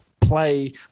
play